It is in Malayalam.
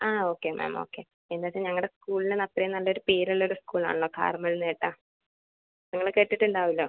ആ ഓക്കെ മാം ഓക്കെ എന്താണെന്ന് വച്ചാൽ ഞങ്ങളുടെ സ്കൂളിൽ നിന് ഇന്ന് അത്രയും നല്ലൊരു പേര് ഉള്ളൊരു സ്കൂൾ ആണല്ലൊ കാർമൽ എന്ന് കേട്ടാൽ നിങ്ങൾ കേട്ടിട്ട് ഉണ്ടാകുമല്ലോ